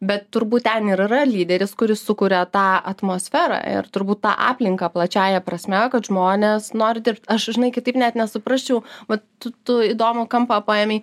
bet turbūt ten ir yra lyderis kuris sukuria tą atmosferą ir turbūt tą aplinką plačiąja prasme kad žmonės nori dirbt aš žinai kitaip net nesuprasčiau vat tu tu įdomų kampą paėmei